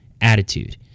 attitude